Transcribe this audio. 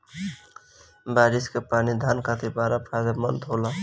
बारिस कअ पानी धान खातिर बड़ा फायदेमंद होला